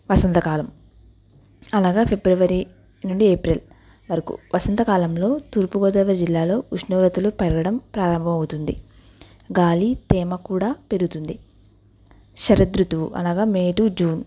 వసంతకాలం అనగా ఫిబ్రవరి నుండి ఏప్రిల్ వరకు వసంతకాలంలో తూర్పు గోదావరి జిల్లాలో ఉష్ణోగ్రతలు పెరగడం ప్రారంభం అవుతుంది గాలి తేమ కూడా పెరుగుతుంది శరత్ ఋతువు అనగా మే టూ జూన్